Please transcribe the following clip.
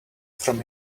from